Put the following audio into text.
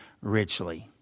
richly